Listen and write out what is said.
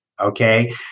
Okay